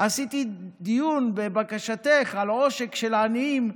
עשיתי דיון לבקשתך על עושק של עניים,